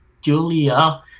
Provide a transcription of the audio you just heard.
Julia